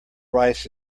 rice